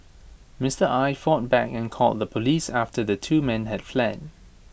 Mister Aye fought back and called the Police after the two men had fled